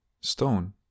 stone